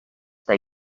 they